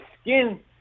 skin